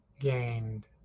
gained